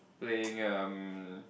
playing um